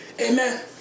Amen